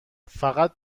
فقط